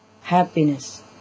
happiness